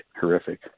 horrific